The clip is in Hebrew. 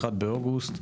באוגוסט.